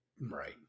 right